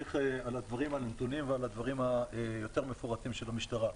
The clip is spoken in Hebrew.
תמשיך בעניין הנתונים והדברים היותר מפורטים של המשטרה.